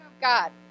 God